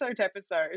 episode